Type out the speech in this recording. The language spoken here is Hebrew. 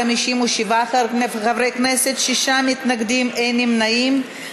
57 חברי כנסת, שישה מתנגדים, אין נמנעים.